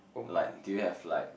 like do you have like